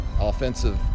offensive